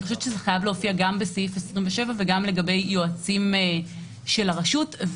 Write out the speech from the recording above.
אני חושבת שזה חייב להופיע גם בסעיף 27 וגם לגבי יועצים של הרשות.